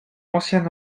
ancien